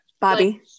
Bobby